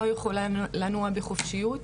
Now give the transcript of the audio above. לא יכולה לנוע בחופשיות,